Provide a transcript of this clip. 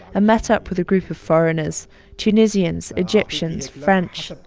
met up with a group of foreigners tunisians, egyptians, french.